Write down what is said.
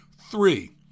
Three